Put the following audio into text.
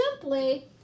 simply